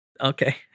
okay